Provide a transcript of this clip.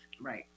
right